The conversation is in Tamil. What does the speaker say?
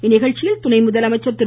இந்நிகழ்ச்சியில் துணை முதலமைச்சர் திரு